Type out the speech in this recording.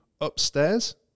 upstairs